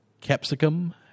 capsicum